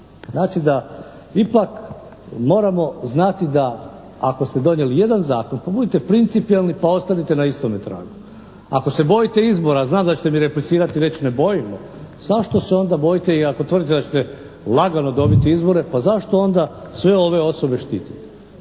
Znači da ipak moramo znati da ako ste donijeli jedan zakon, pa budite principijelni pa ostanite na istome tragu. Ako se bojite izbora, znam da ćete mi replicirati i reći ne bojimo, zašto se onda bojite i ako tvrdite da ćete lagano dobiti izbore pa zašto onda sve ove osobe štititi?